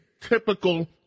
typical